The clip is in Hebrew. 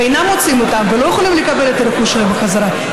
ואינם מוצאים אותם ולא יכולים לקבל את הרכוש שלהם בחזרה,